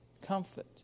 comfort